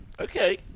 Okay